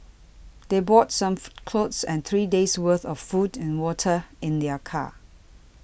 they brought some clothes and three days' worth of food and water in their car